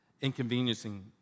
inconveniencing